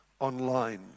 online